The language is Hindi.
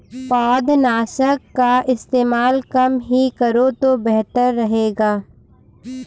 पौधनाशक का इस्तेमाल कम ही करो तो बेहतर रहेगा